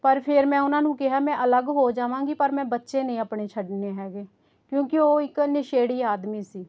ਪਰ ਫਿਰ ਮੈਂ ਉਹਨਾਂ ਨੂੰ ਕਿਹਾ ਮੈਂ ਅਲੱਗ ਹੋ ਜਾਵਾਂਗੀ ਪਰ ਮੈਂ ਬੱਚੇ ਨਹੀਂ ਆਪਣੇ ਛੱਡਣੇ ਹੈਗੇ ਕਿਉਂਕਿ ਉਹ ਇੱਕ ਨਸ਼ੇੜੀ ਆਦਮੀ ਸੀ